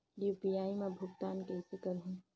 UPI मा भुगतान कइसे करहूं?